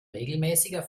regelmäßiger